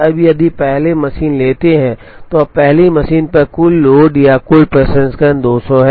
अब यदि हम पहली मशीन लेते हैं तो अब पहली मशीन पर कुल लोड या कुल प्रसंस्करण 200 है